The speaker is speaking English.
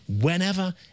whenever